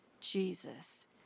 Jesus